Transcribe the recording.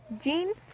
jeans